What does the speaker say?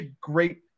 great